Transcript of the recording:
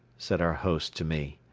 said our host to me.